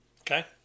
Okay